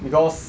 because